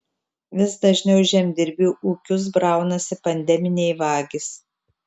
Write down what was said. vis dažniau į žemdirbių ūkius braunasi pandeminiai vagys